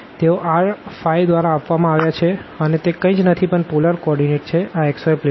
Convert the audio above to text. તેઓ r ϕ દ્વારા આપવામાં આવ્યા છે અને તે કંઈ જ નથી પણ પોલર કોઓર્ડીનેટ છે આ xy પ્લેનમાં